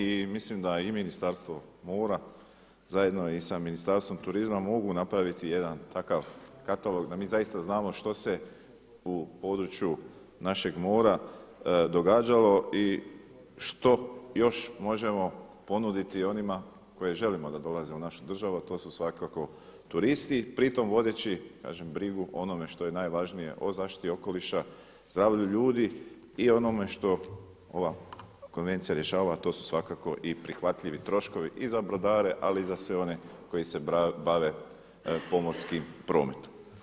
I mislim da i Ministarstvo mora zajedno i sa Ministarstvom turizma mogu napraviti jedan takav katalog da mi zaista znamo što se u području našeg mora događalo i što još možemo ponuditi onima koje želimo da dolaze u našu državu, a to su svakako turisti, pri tom vodeći brigu o onome što je najvažnije, o zaštiti okoliša, zdravlju ljudi i onome što ova konvencija rješava, a to svakako i prihvatljivi troškovi i za brodare, ali i za sve one koji se bave pomorskim prometom.